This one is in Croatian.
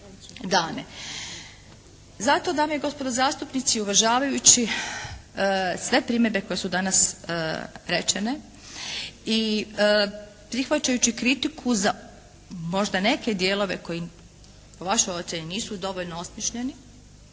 Zato dame i gospodo zastupnici uvažavajući sve primjedbe koje su danas rečene i prihvaćajući kritiku za možda neke dijelove koji po vašoj ocjeni nisu dovoljno osmišljeni,